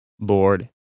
Lord